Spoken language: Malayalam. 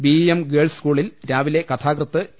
ബി ഇ എം ഗേൾസ് സ്കൂളിൽ രാവിലെ കഥാകൃത്ത് ടി